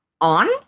on